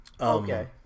Okay